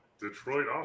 Detroit